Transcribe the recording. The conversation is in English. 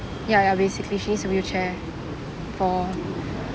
ya ya basically she needs a wheelchair for